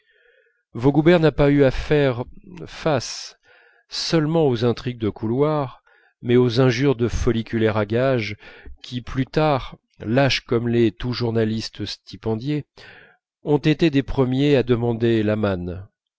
vaugoubert n'a pas eu à faire seulement aux intrigues de couloirs mais aux injures de folliculaires à gages qui plus tard lâches comme l'est tout journaliste stipendié ont été des premiers à demander l'aman